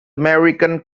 american